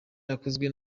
yakozwe